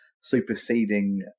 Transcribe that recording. superseding